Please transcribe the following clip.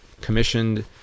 commissioned